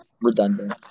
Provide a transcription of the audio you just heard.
redundant